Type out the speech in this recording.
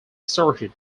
asserted